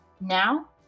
Now